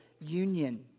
union